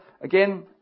again